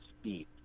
speed